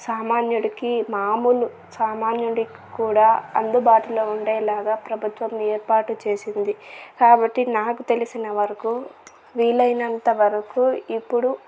సామాన్యుడికి మామూలు సామాన్యుడికి కూడా అందుబాటులో ఉండేలాగా ప్రభుత్వం ఏర్పాటు చేసింది కాబట్టి నాకు తెలిసిన వరకూ వీలైనంత వరకూ ఇప్పుడు